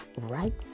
Right